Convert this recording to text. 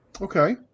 Okay